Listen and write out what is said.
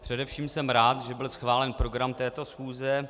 Především jsem rád, že byl schválen program této schůze.